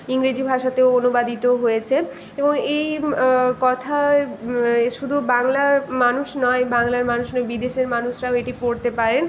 ইংরেজি ভাষাতেও অনুবাদিত হয়েছে এবং এই কথা এ শুধু বাংলার মানুষ নয় বাংলার মানুষ নয় বিদেশের মানুষরাও এটি পড়তে পারেন